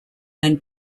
and